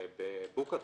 בבוקעתא.